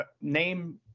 name